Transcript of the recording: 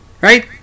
right